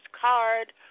card